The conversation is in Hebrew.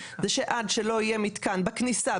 זה עד שלא יהיה מתקן בכניסה,